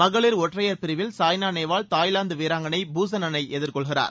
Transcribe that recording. மகளிர் ஒற்றையர் பிரிவில் சாய்னா நேவால் தாய்லாந்து வீராங்கணை பூசனனை எதிர்கொள்கிறார்